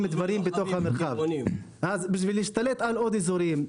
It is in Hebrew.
דברים בתוך המרחב בשביל להשתלט על עוד אזורים,